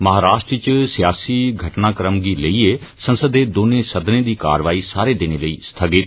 महाराष्ट्र च सियासी घटनाक्रम गी लेईयै संसद दे दौनें सदने दी कारवाई सारे दिनें लेई स्थगित